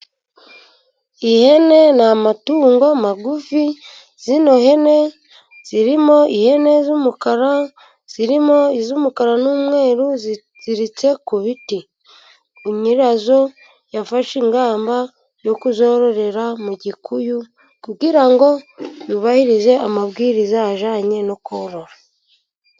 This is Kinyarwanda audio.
Ihene ni amatungo magufi, zino hene, zirimo ihene z'umukara, zirimo iz'umukara n'umweru, ziziritse ku biti. Nyirazo yafashe ingamba zo kuzororera mu gikuyu, kugira ngo yubahirize amabwiriza ajyanye no korora.